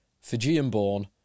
Fijian-born